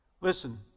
Listen